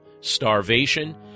starvation